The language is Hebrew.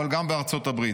אבל גם בארצות הברית.